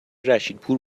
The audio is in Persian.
رشیدپور